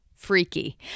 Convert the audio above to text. Freaky